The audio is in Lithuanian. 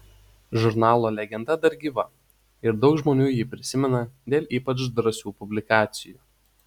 žurnalo legenda dar gyva ir daug žmonių jį prisimena dėl ypač drąsių publikacijų